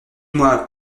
moi